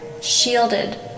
shielded